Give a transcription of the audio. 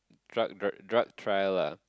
drug drug drug trial lah